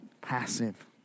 passive